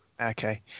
Okay